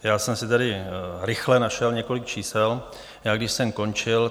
Já jsem si tady rychle našel několik čísel, když jsem končil.